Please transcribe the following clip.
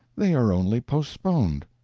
they are only postponed.